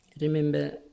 Remember